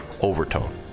overtone